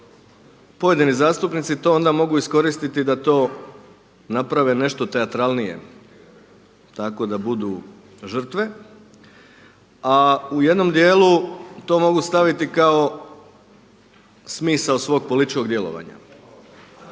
pojedini zastupnici to onda mogu iskoristiti da to naprave nešto teatralnije, tako da budu žrtve. A u jednom dijelu to mogu staviti kao smisao svog političkog djelovanja,